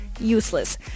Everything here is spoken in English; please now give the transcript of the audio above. useless